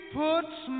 puts